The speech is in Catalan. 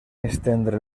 estendre